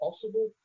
possible